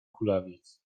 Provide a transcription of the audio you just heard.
kulawiec